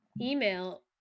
email